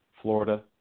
Florida